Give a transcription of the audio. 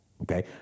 Okay